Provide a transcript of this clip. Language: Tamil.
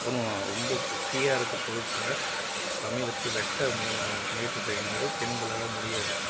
உணவு ரொம்ப கெட்டியாக இருக்க பொருட்களை சமையலுக்கு வெட்ட முயலும் முயற்சி செய்யும் போது பெண்களால் முடியாது